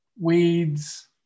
weeds